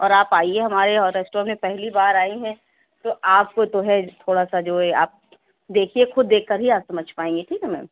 اور آپ آئیے ہمارے یہاں ریسٹورینٹ میں پہلی بار آئی ہیں تو آپ کو تو ہے تھوڑا سا جو ہے آپ دیکھیے خود دیکھ کر ہی آپ سمجھ پائیں گی ٹھیک ہے میم